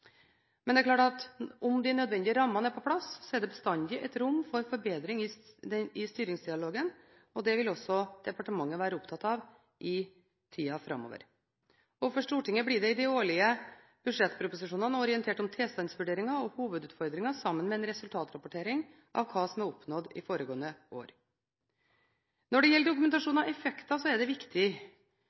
Men det er klart at sjøl om de nødvendige rammene er på plass, er det bestandig et rom for forbedring i styringsdialogen, og det vil også departementet være opptatt av i tiden framover. Overfor Stortinget blir det i de årlige budsjettproposisjonene orientert om tilstandsvurderinger og hovedutfordringer sammen med en resultatrapportering om hva som er oppnådd i foregående år. Når det gjelder dokumentasjon av effekter, er det et viktig